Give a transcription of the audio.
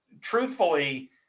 truthfully